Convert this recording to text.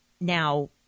Now